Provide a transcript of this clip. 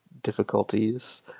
difficulties